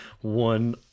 one